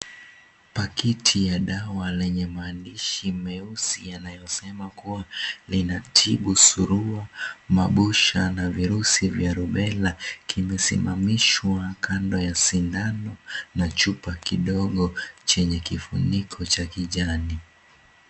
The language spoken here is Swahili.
Pakiti ya dawa lenye maandishi meusi yanayosema kuwa linatibu surua, mabusha na virusi vya rubella kimesimamishwa kando ya sindano na chupa kidogo chenye kifuniko cha kijani.